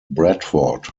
bradford